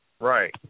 Right